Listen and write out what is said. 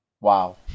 Wow